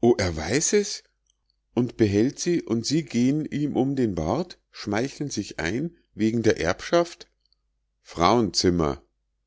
o er weiß es und behält sie und sie gehn ihm um den bart schmeicheln sich ein wegen der erbschaft frauenzimmer